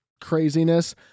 craziness